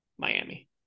Miami